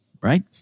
right